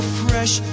fresh